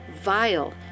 vile